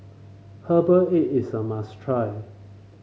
Herbal Egg is a must try